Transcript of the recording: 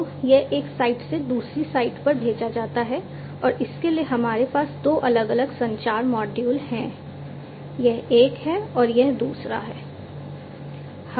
तो यह एक साइट से दूसरी साइट पर भेजा जाता है और इसके लिए हमारे पास दो अलग अलग संचार मॉड्यूल हैं यह एक है और यह दूसरा है